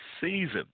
season